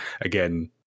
again